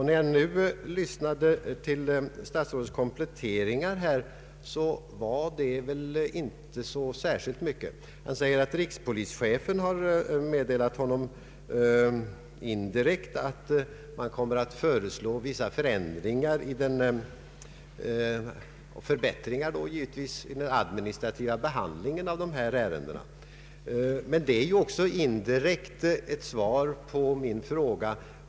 När jag nu lyssnade till statsrådets kompletteringar, tyckte jag inte att han kom med så särskilt mycket. Han säger att rikspolischefen indirekt meddelat honom att man kommer att föreslå vissa förändringar och givetvis då förbättringar i den administrativa behandlingen av dessa ärenden. Men det är ju också indirekt ett svar på min fråga.